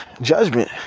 judgment